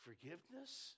forgiveness